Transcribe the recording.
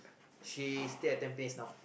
she stay at Tampines now